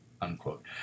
unquote